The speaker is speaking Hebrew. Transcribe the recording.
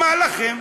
מה לכם?